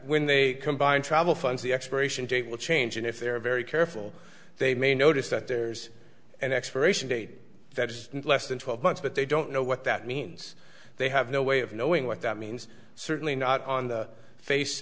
when they combine travel funds the expiration date will change and if they're very careful they may notice that there's an expiration date that is less than twelve months but they don't know what that means they have no way of knowing what that means certainly not on the face